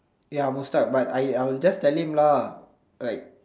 ya Mustak but I I'll just tell him lah like